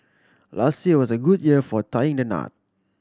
last year was a good year for tying the knot